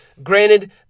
Granted